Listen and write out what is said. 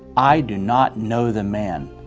i do not know the man.